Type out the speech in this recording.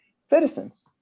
citizens